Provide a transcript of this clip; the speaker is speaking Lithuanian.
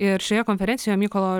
ir šioje konferencijoje mykolo